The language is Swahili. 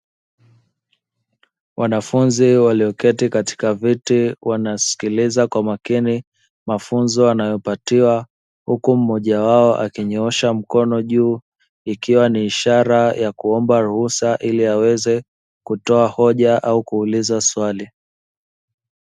Wanafunzi walioketi katika viti wanasikiliza kwa makini mafunzo wanayopatiwa, huku mmoja wao akinyoosha mkono juu ikiwa ni ishara ya kuomba ruhusa ili aweze kutoa hoja au kuuliza swali.